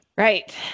Right